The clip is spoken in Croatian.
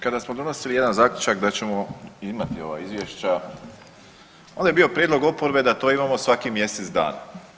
Kada smo donosili jedan zaključak da ćemo imati ova izvješća onda je bio prijedlog oporbe da to imamo svakih mjesec dana.